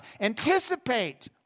Anticipate